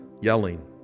Yelling